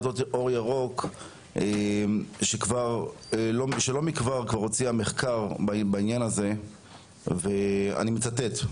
אור ירוק שלא מכבר הוציאה מחקר בעניין זה ואני מצטט: